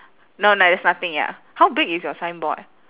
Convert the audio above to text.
no there is nothing ya how big is your signboard